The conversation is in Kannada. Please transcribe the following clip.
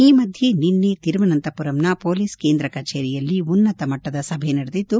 ಈ ಮಧ್ಯೆ ನಿನ್ನೆ ತಿರುವನಂತಪುರಂನ ಪೊಲೀಸ್ ಕೇಂದ್ರ ಕಚೇರಿಯಲ್ಲಿ ಉನ್ನತ ಮಟ್ಟದ ಸಭೆ ನಡೆದಿದ್ದು